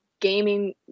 gaming